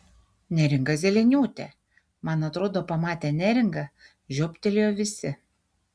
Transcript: neringa zeleniūtė man atrodo pamatę neringą žiobtelėjo visi